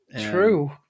true